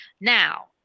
Now